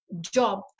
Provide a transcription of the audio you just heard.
job